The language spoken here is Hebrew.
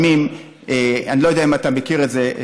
ולפעמים, אני לא יודע אם אתה מכיר את זה,